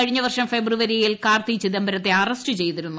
കഴിഞ്ഞ വർഷം ഫെബ്രുവരിയിൽ കാർത്തി ചിദംബരത്തെ അറസ്റ്റ് ചെയ്തിരുന്നു